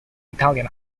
italian